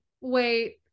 wait